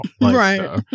right